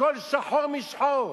הכול שחור משחור.